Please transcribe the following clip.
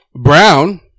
Brown